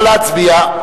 נא להצביע.